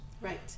Right